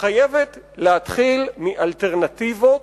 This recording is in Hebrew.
חייבת להתחיל מאלטרנטיבות,